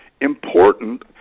important